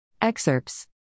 Excerpts